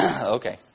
Okay